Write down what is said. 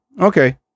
Okay